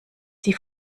die